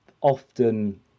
often